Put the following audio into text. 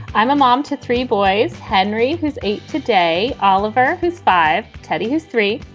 i'm a mom to three boys, henry, who's eight. today, oliver is five. teddy his three.